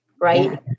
Right